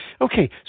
Okay